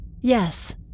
Yes